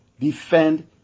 defend